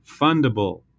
fundable